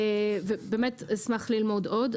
ובאמת אשמח ללמוד עוד.